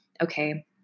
okay